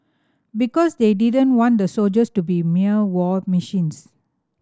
because they didn't want the soldiers to be mere war machines